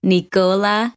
Nicola